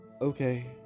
Okay